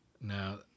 Now